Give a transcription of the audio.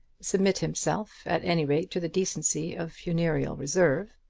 submit himself at any rate to the decency of funereal reserve.